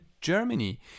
germany